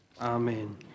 Amen